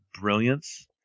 brilliance